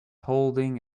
holding